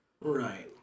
Right